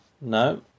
No